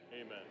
Amen